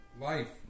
Life